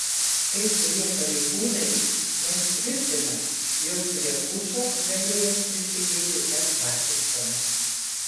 kai kurie pareigūnai net tvirtina jog prie pučo galėjęs prisidėti net vašingtonas